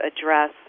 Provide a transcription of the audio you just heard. address